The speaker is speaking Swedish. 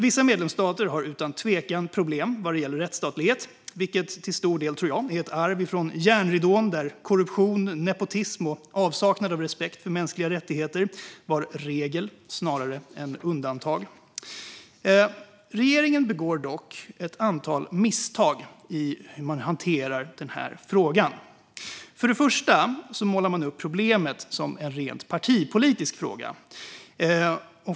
Vissa medlemsstater har utan tvivel problem vad gäller rättsstatlighet, vilket till stor del, tror jag, är ett arv från järnridåns dagar där korruption, nepotism och avsaknad av respekt för mänskliga rättigheter var regel snarare än undantag. Regeringen begår dock ett antal misstag i hur man hanterar frågan. För det första målar man upp problemet som en rent partipolitisk fråga.